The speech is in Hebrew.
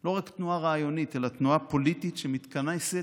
לא רק תנועה רעיונית, אלא תנועה פוליטית שמתכנסת